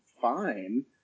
fine